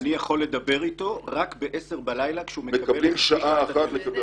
ואני יכול לדבר איתו רק ב-22:00 בלילה כשהוא מקבל חצי שעת ת"ש.